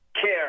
care